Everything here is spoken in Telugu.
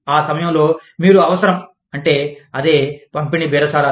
ఆ సమయంలో మీరు అవసరం అంటే అదే పంపిణీ బేరసారాలు